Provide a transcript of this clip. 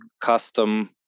custom